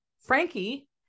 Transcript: Frankie